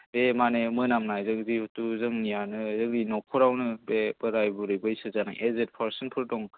बे माने मोनामनायजों जिहेतु जोंनियानो जोंनि न'खराव बे बोराय बुरै बैसो जानाय एजेड पारसनफोर दं